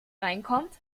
reinkommt